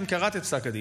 אם קראת את פסק הדין,